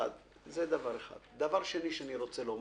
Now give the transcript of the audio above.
דבר שני, אם